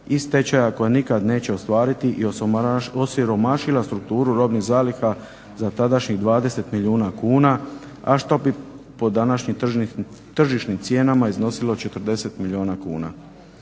stečaja koja nikad neće ostvariti i osiromašila strukturu robnih zaliha za tadašnjih 20 milijuna kuna, a što bi po današnjim tržišnim cijenama iznosilo 40 milijuna kuna.